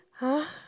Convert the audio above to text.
!huh!